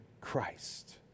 Christ